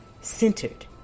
centered